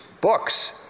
books